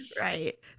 right